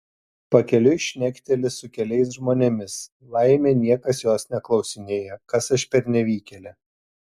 pakeliui šnekteli su keliais žmonėmis laimė niekas jos neklausinėja kas aš per nevykėlė